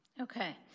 Okay